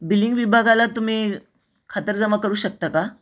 billing विभागाला तुम्ही खातरजमा करू शकता का